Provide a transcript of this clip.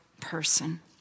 person